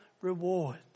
rewards